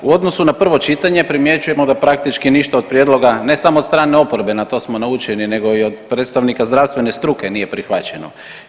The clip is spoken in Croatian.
U odnosu na prvo čitanje primjećujemo da praktički ništa od prijedloga ne samo od strane oporbe, na to smo naučeni, nego i od predstavnika zdravstvene struke nije prihvaćeno.